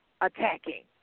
attacking